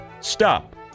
stop